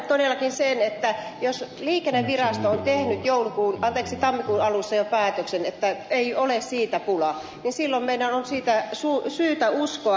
totean todellakin sen että jos liikennevirasto on tehnyt tammikuun alussa jo päätöksen että ei ole siitä pula niin silloin meidän on sitä syytä uskoa